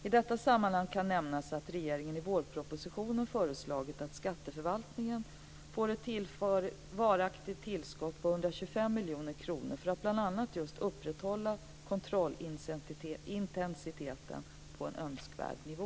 I detta sammanhang kan nämnas att regeringen i vårpropositionen föreslagit att skatteförvaltningen bör tillföras ett varaktigt tillskott på 125 miljoner kronor för att bl.a. upprätthålla kontrollintensiteten på en önskvärd nivå.